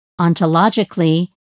ontologically